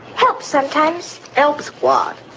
helps sometimes. helps what?